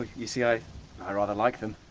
you see, i i rather like them.